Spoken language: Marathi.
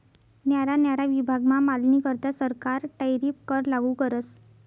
न्यारा न्यारा विभागमा मालनीकरता सरकार टैरीफ कर लागू करस